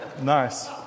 nice